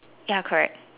ya correct